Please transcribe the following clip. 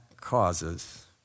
causes